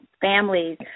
families